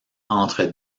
entre